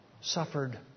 suffered